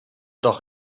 doch